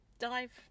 dive